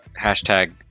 hashtag